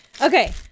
Okay